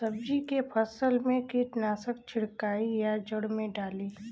सब्जी के फसल मे कीटनाशक छिड़काई या जड़ मे डाली?